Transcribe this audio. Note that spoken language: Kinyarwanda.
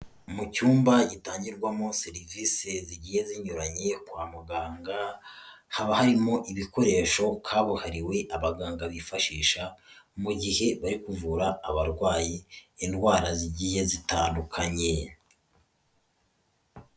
Mu cyumba gitangirwamo serivise zigiye zinyuranye kwa muganga, haba harimo ibikoresho kabuhariwe abaganga bifashisha, mu gihe bari kuvura abarwayi indwara zigiye zitandukanye.